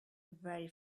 very